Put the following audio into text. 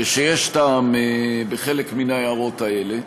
שיש טעם בחלק מן ההערות האלה,